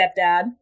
stepdad